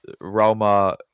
Roma